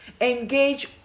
engage